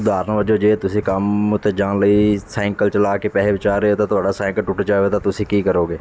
ਉਦਾਹਰਣ ਵਜੋਂ ਜੇ ਤੁਸੀਂ ਕੰਮ ਉੱਤੇ ਜਾਣ ਲਈ ਸਾਈਂਕਲ ਚਲਾ ਕੇ ਪੈਸੇ ਬਚਾ ਰਹੇ ਹੋ ਅਤੇ ਤੁਹਾਡਾ ਸਾਈਕਲ ਟੁੱਟ ਜਾਵੇ ਤਾਂ ਤੁਸੀਂ ਕੀ ਕਰੋਗੇ